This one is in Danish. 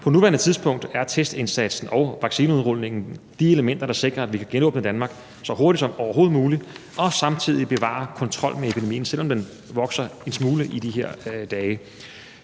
På nuværende tidspunkt er testindsatsen og vaccineudrulningen de elementer, der sikrer, at vi kan genåbne Danmark så hurtigt som overhovedet muligt og samtidig bevare kontrollen med epidemien, selv om den vokser en smule i de her dage.